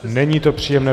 Není to příjemné.